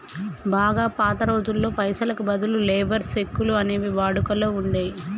బాగా పాత రోజుల్లో పైసలకి బదులు లేబర్ చెక్కులు అనేవి వాడుకలో ఉండేయ్యి